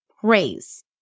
praise